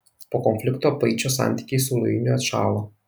po konflikto paičio santykiai su luiniu atšalo